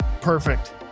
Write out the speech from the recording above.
perfect